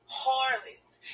harlots